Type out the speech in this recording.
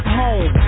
home